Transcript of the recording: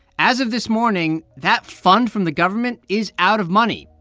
as of this morning, that fund from the government is out of money,